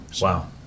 Wow